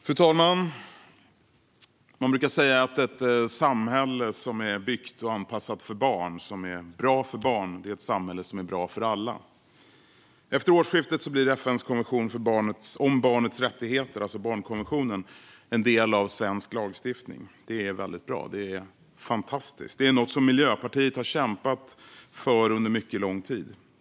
Fru talman! Man brukar säga att ett samhälle som är byggt och anpassat för barn och som är bra för barn är ett samhälle som är bra för alla. Efter årsskiftet blir FN:s konvention om barnets rättigheter - alltså barnkonventionen - en del av svensk lagstiftning. Det är väldigt bra. Det är fantastiskt. Det är något som Miljöpartiet har kämpat för under mycket lång tid.